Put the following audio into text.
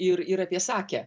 ir ir apie sakę